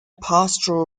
pastoral